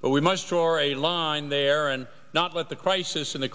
but we must for a line there and not let the crisis in the